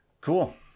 Cool